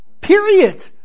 Period